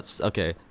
Okay